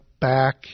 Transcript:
back